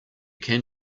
can